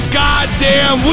goddamn